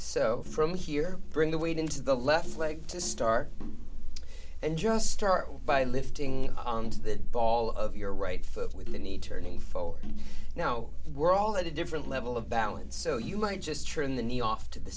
so from here bring the weight into the left leg to start and just start by lifting the ball of your right foot with the need turning for now we're all at a different level of balance so you might just trim the knee off to the